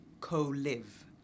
co-live